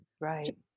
right